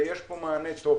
ויש פה מענה טוב.